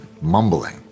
mumbling